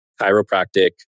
chiropractic